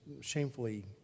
shamefully